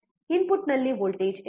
ಇನ್ಪುಟ್ನಲ್ಲಿ ವೋಲ್ಟೇಜ್ ಎಷ್ಟು